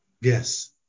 yes